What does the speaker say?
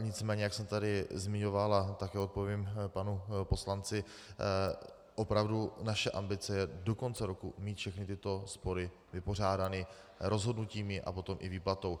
Nicméně jak jsem tady zmiňoval a také odpovím panu poslanci, opravdu naše ambice je do konce roku mít všechny tyto spory vypořádány rozhodnutími a potom i výplatou.